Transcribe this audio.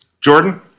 Jordan